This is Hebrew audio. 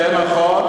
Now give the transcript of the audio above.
נכון,